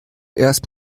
erst